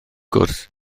gwrs